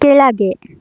ಕೆಳಗೆ